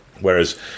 whereas